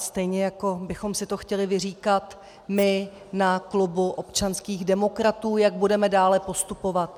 Stejně jako bychom si to chtěli vyříkat my na klubu občanských demokratů, jak budeme dále postupovat.